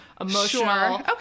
emotional